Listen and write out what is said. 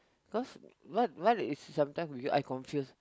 cause what what is sometimes I confuse